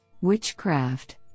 Witchcraft